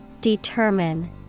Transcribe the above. Determine